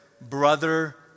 brother